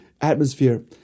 atmosphere